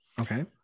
Okay